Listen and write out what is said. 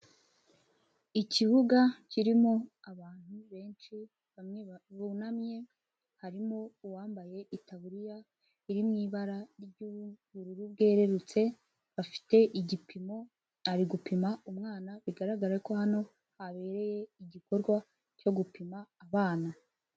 Ikibuga kirimo abantu benshi, bamwe bunamye, harimo uwambaye itaburiya iri mu ibara ry'ubururu bwererutse, afite igipimo, ari gupima umwana, bigaragare ko hano habereye igikorwa cyo gupima abana.